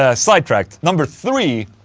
ah sidetracked, number three.